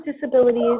disabilities